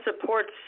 supports